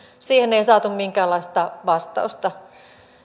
siihen ei saatu minkäänlaista vastausta